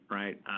right